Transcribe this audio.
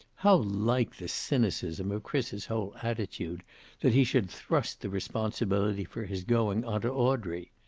how like the cynicism of chris's whole attitude that he should thrust the responsibility for his going onto audrey.